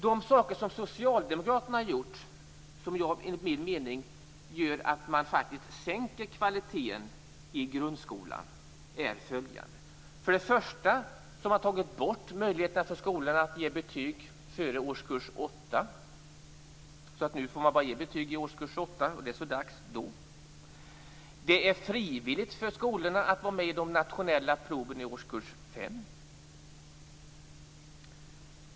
Det Socialdemokraterna gjort som enligt min mening har inneburit att man faktiskt har sänkt kvaliteten i grundskolan är följande: Man har tagit bort möjligheterna för skolan att ge betyg före årskurs 8. Nu får man bara ge betyg i årskurs 8, och det är så dags då. Det är frivilligt för skolorna att vara med in de nationella proven i årskurs 5.